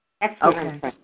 Excellent